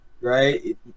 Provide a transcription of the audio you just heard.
Right